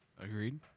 agreed